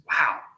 wow